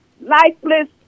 Lifeless